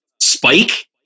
Spike